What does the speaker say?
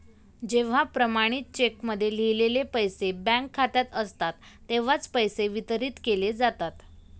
जेव्हा प्रमाणित चेकमध्ये लिहिलेले पैसे बँक खात्यात असतात तेव्हाच पैसे वितरित केले जातात